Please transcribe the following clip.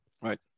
Right